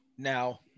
now